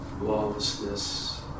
lawlessness